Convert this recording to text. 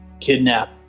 kidnap